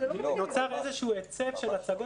נוצר איזה שהוא היצף של הצגות,